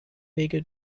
wege